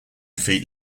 feet